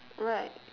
right